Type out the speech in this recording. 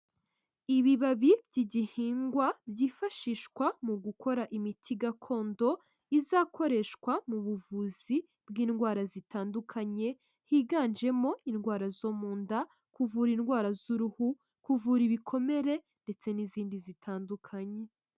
Ibibabi by'igihingwa byifashishwa mu gukora imiti gakondo izakoreshwa mu buvuzi bw'indwara zitandukanye higanjemo indwara zo mu nda, kuvura indwara z'uruhu, kuvura ibikomere ndetse n'izindi zitandukanye.